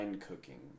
cooking